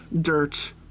dirt